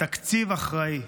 תקציב אחראי.